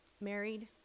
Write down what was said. married